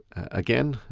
again,